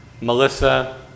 Melissa